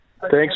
Thanks